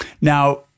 now